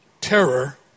terror